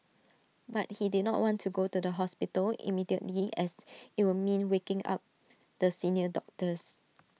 but he did not want to go to the hospital immediately as IT would mean waking up the senior doctors